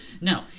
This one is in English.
no